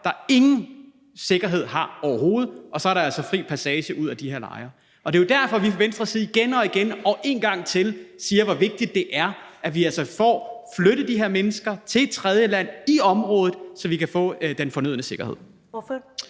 der ingen sikkerhed har overhovedet, og så er der altså fri passage ud af de her lejre. Og det er jo derfor, vi fra Venstres side igen og igen og en gang til siger, hvor vigtigt det er, at vi altså får flyttet de her mennesker til et tredje land i området, så vi kan få den fornødne sikkerhed. Kl.